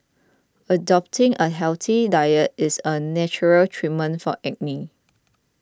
adopting a healthy diet is a natural treatment for acne